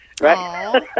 right